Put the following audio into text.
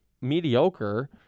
mediocre